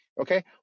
Okay